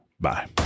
Bye